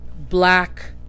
black